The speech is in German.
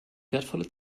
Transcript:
wertvolle